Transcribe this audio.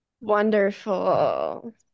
Wonderful